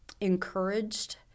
encouraged